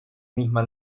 misma